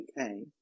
okay